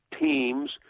teams